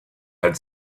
had